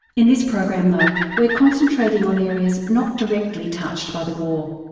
in this program though, we're concentrating on areas not directly touched by the war.